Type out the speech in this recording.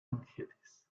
angeles